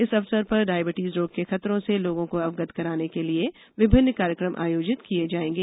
इस अवसर पर डायबिटिज रोग के खतरों से लोगों को अवगत कराने के लिए विभिन्न कार्यक्रम आयोजित किये जायेंगे